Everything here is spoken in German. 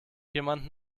jemanden